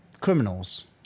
criminals